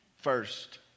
first